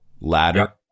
ladder